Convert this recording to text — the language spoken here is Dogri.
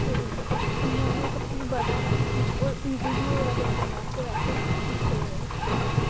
ते इन्ना गै सब कुछ बधा दा ऐ होर ईजी बी ऐ बच्चें बास्तै बैसे ते